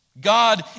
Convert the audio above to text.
God